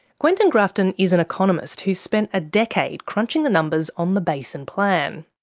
quentin grafton is an economist who spent a decade crunching the numbers on the basin plan.